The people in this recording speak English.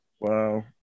Wow